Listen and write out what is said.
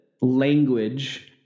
language